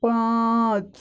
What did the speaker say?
پانٛژھ